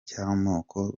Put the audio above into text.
cy’amoko